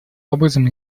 образом